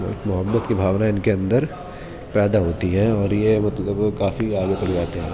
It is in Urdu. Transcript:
محبت کی بھاؤنا ان کے اندر پیدا ہوتی ہے اور یہ مطلب کافی آگے تک جاتے ہیں